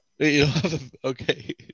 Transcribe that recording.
okay